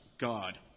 God